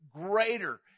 greater